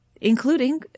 including